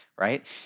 Right